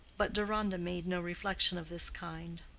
but deronda made no reflection of this kind.